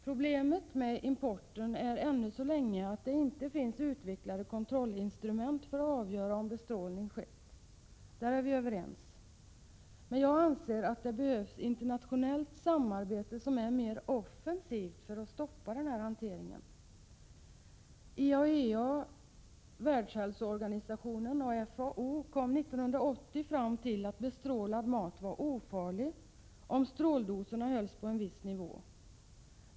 Problemet i fråga om importerade varor är att det ännu så länge inte finns utvecklade kontrollinstrument för att avgöra om bestrålning har skett. Där är vi överens. Men jag anser att det behövs internationellt samarbete, som är mer offensivt, för att stoppa sådan hantering. IAEA, Världshälsoorganisationen och FAO kom 1980 fram till att bestrålad mat var ofarlig, om stråldoserna hölls på en viss nivå.